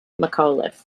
mcauliffe